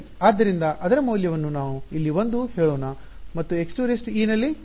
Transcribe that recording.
ಆದ್ದರಿಂದ ಅದರ ಮೌಲ್ಯವನ್ನು ನಾವು ಇಲ್ಲಿ 1 ಎಂದು ಹೇಳೋಣ ಮತ್ತು x2e ನಲ್ಲಿ